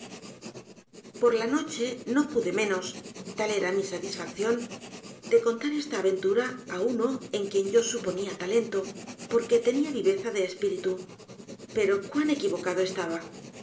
por la noche no pude menos tal era mi satisfacción de contar esta aventura á uno en quien yo suponia ta lento porque tenia viveza de espíritu pero cuan equivocado estaba